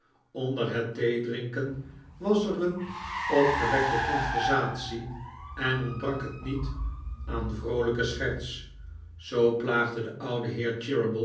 onder het theedrinken was er een opgewekte conversatie en ontbrak het niet aan vroolijke scherts zoo plaagde de oude